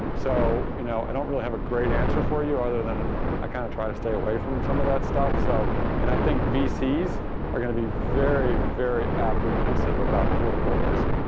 um so you know i don't really have a great answer for you other than and i kind of try to stay away from some of that stuff. so and i think vcs are going to be very, very apprehensive about political risk.